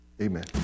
Amen